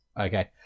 Okay